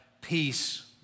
peace